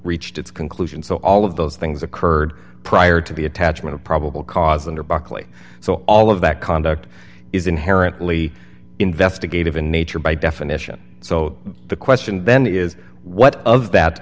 reached its conclusion so all of those things occurred prior to the attachment of probable cause under buckley so all of that conduct is inherently investigative in nature by definition so the question then is what of that